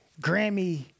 Grammy